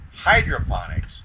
hydroponics